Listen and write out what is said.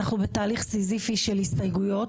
אנחנו בתהליך סיזיפי של הסתייגויות,